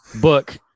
book